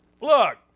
Look